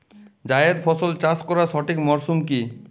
জায়েদ ফসল চাষ করার সঠিক মরশুম কি?